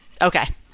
okay